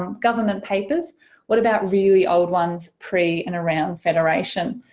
um government papers what about really old ones pre and around federation?